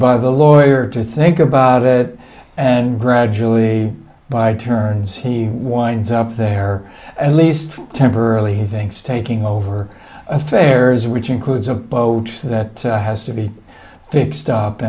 by the lawyer to think about it and gradually by turns he winds up there at least temporarily he thinks taking over affairs were includes approach that has to be fixed up